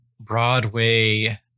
Broadway